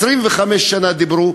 25 שנה דיברו,